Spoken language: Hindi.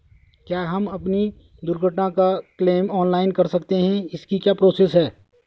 क्या हम अपनी दुर्घटना का क्लेम ऑनलाइन कर सकते हैं इसकी क्या प्रोसेस है?